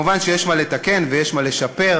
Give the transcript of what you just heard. מובן שיש מה לתקן ויש מה לשפר,